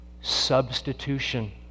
Substitution